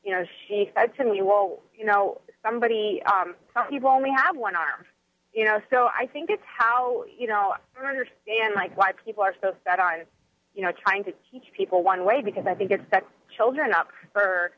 you know she said to me well you know somebody some people only have one arm you know so i think it's how you know understand like why people are so set on you know trying to teach people one way because i think it's that children up for